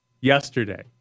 yesterday